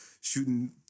shooting